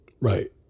Right